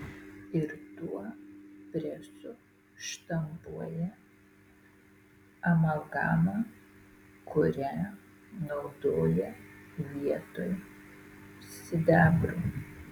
ir tuo presu štampuoja amalgamą kurią naudoja vietoj sidabro